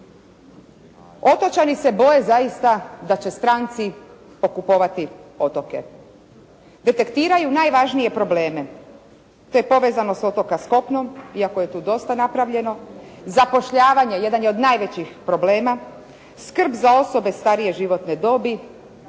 Otočani se boje zaista da će stranci pokupovati otoke. Detektiraju najvažnije probleme, te povezanost otoka s kopnom, iako je tu dosta napravljeno. Zapošljavanje jedan je od najvećih problema. Skrb za osobe starije životne dobi,